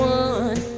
one